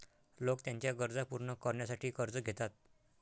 लोक त्यांच्या गरजा पूर्ण करण्यासाठी कर्ज घेतात